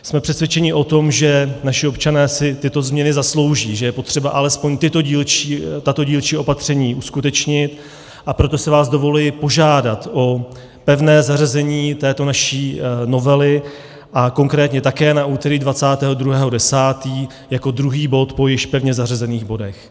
Jsme přesvědčeni o tom, že naši občané si tyto změny zaslouží, že je potřeba alespoň tato dílčí opatření uskutečnit, a proto si vás dovoluji požádat o pevné zařazení této naší novely a konkrétně také na úterý 22. 10. jako druhý bod po již pevně zařazených bodech.